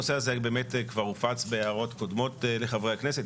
הנושא הזה כבר הופץ בהערות קודמות לחברי הכנסת,